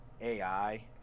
AI